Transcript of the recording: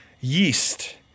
yeast